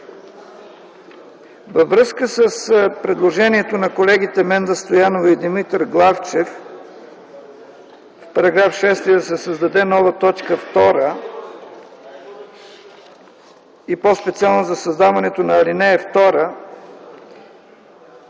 Във връзка с предложението на колегите Менда Стоянова и Димитър Главчев: в § 6 да се създаде нова т. 2, по-специално за създаването на ал. 2,